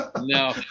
No